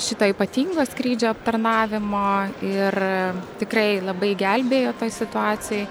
šito ypatingo skrydžio aptarnavimo ir tikrai labai gelbėjo toj situacijoj